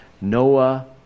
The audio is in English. Noah